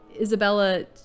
Isabella